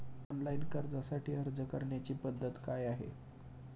Online कर्जासाठी अर्ज करण्याची पद्धत काय आहे?